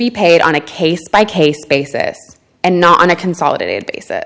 be paid on a case by case basis and not on a consolidated basis